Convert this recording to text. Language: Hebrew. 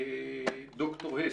ד"ר הס.